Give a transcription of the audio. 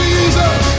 Jesus